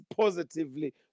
positively